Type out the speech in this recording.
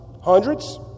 hundreds